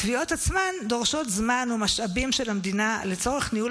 התביעות עצמן דורשות זמן ומשאבים של המדינה לצורך ניהול